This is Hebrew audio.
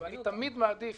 אני תמיד מעדיף